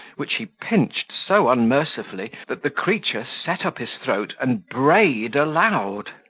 which he pinched so unmercifully, that the creature set up his throat, and brayed aloud.